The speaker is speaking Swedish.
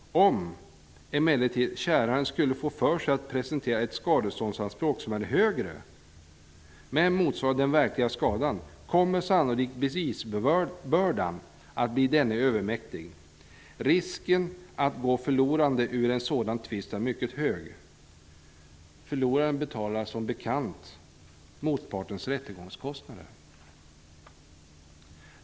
Om emellertid käranden skulle få för sig att presentera ett skadeståndsanspråk som är högre men motsvarar den varkliga skadan kommer sannolikt bevisbördan att bli denne övermäktig. Risken att gå förlorande ur en sådan process är mycket stor. Förloraren betalar som bekant motpartens rättegångskostnader.